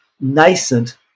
nascent